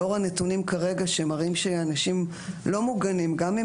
לאור הנתונים כרגע שמראים שאנשים לא מוגנים גם אם